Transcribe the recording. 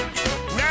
Now